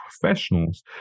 professionals